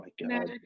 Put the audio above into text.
Magic